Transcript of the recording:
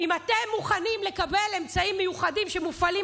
אם אתם מוכנים לקבל אמצעים מיוחדים שמופעלים